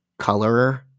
colorer